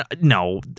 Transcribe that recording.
No